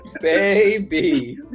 Baby